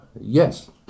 Yes